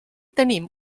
tenim